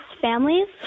families